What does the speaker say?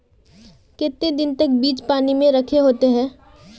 केते देर तक बीज पानी में रखे होते हैं?